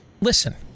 listen